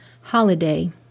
holiday